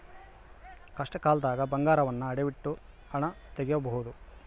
ಕಷ್ಟಕಾಲ್ದಗ ಬಂಗಾರವನ್ನ ಅಡವಿಟ್ಟು ಹಣ ತೊಗೋಬಹುದು